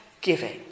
giving